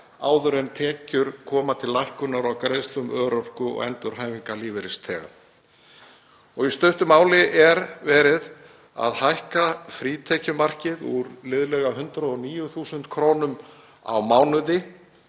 áður en tekjurnar koma til lækkunar á greiðslum til örorku- eða endurhæfingarlífeyrisþega. Í stuttu máli er verið að hækka frítekjumarkið úr liðlega 109.000 kr. á mánuði